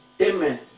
amen